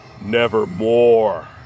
nevermore